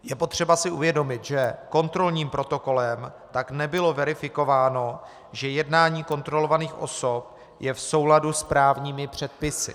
Je potřeba si uvědomit, že kontrolním protokolem tak nebylo verifikováno, že jednání kontrolovaných osob je v souladu s právními předpisy.